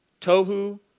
Tohu